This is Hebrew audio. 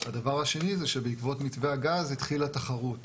והדבר השני הוא שבעקבות מתווה הגז התחילה תחרות.